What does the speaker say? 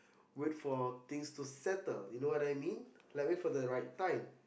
wait for things to settle you know what I mean like wait for the right time